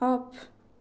off